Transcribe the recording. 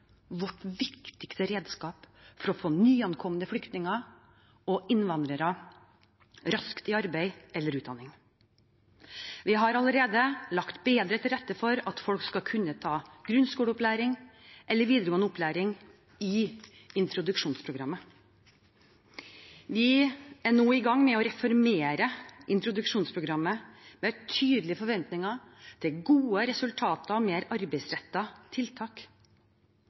vårt viktigste redskap for å få nyankomne flyktninger og innvandrere raskt i arbeid eller utdanning. Vi har allerede lagt bedre til rette for at folk skal kunne ta grunnskoleopplæring eller videregående opplæring i introduksjonsprogrammet. Vi er nå i gang med å reformere introduksjonsprogrammet med tydelige forventninger til gode resultater og mer arbeidsrettede tiltak.